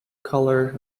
color